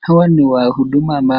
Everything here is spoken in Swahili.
Hawa ni wahudumu ambao